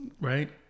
right